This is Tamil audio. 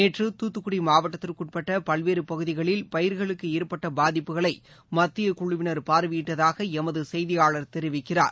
நேற்று தூத்துக்குடி மாவட்டத்திற்கு உட்பட்ட பல்வேறு பகுதிகளில் பயிர்களுக்கு ஏற்பட்ட பாதிப்புக்களை மத்தியக்குமுவினர் பார்வையிட்டதாக எமது செய்தியாளர் தெரிக்கிறார்